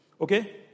okay